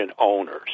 owners